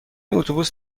اتوبوس